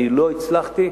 ולא הצלחתי.